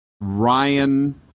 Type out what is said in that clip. Ryan